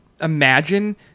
Imagine